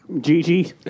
Gigi